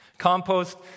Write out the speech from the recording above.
Compost